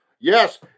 Yes